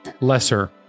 Lesser